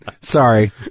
Sorry